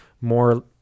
more